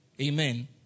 Amen